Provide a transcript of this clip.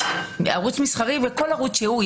ערוץ מסחרי וכל ערוץ שהוא,